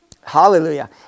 hallelujah